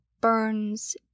burns